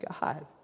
God